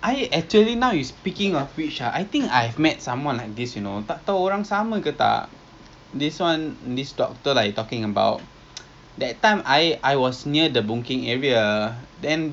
can do is we can actually find this um Q your distant relative we can ajak her lah go makan oh maybe sedap mania you know I heard right although they are like you know in this kind of bad situation they got a lot money in their bank account you know